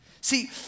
See